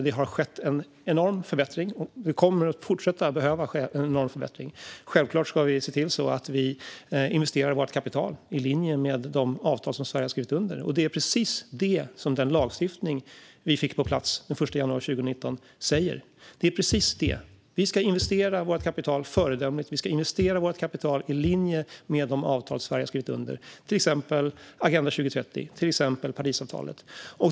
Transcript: Det har skett en enorm förbättring, och det kommer att fortsätta behövas en enorm förbättring. Självklart ska vi se till att vi investerar vårt kapital i linje med de avtal som Sverige har skrivit under. Och det är precis det som den lagstiftning vi fick på plats den 1 januari 2019 säger. Vi ska investera vårt kapital föredömligt och i linje med de avtal Sverige har skrivit under, till exempel Agenda 2030 och Parisavtalet.